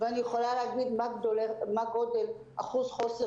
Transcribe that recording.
אני יכולה להגיד מה גודל אחוז חוסר